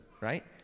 right